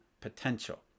potential